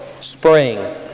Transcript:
spring